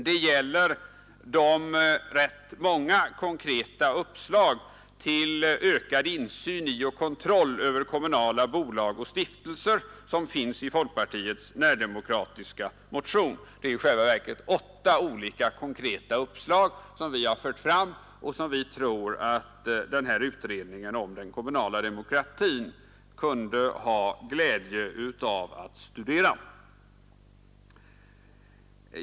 Det gäller de rätt många konkreta uppslag till ökad insyn i och kontroll över kommunala bolag och stiftelser som finns i folkpartiets närdemokratiska motion. Det är i själva verket åtta olika konkreta uppslag som vi har fört fram och som vi tror att den här utredningen om den kommunala demokratin kunde ha glädje av att studera.